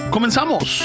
Comenzamos